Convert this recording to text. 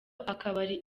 akabari